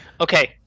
Okay